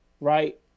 right